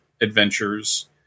adventures